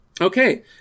Okay